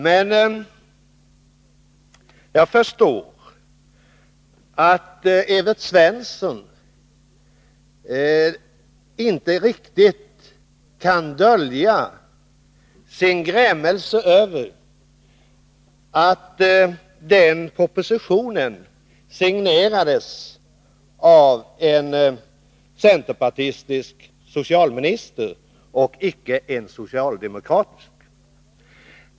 Men jag förstår att Evert Svensson inte kan dölja sin grämelse över att den propositionen signerades av en centerpartistisk socialminister och icke av en socialdemokratisk.